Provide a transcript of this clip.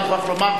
אני מוכרח לומר.